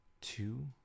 two